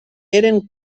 eren